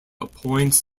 appoints